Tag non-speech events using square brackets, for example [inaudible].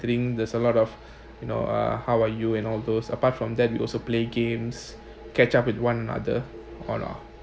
there's a lot of [breath] you know uh how are you and all those apart from that we also play games catch up with one and other